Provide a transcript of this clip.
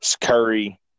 Curry